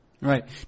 Right